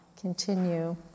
continue